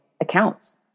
accounts